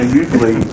usually